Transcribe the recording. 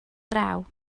draw